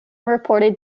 reported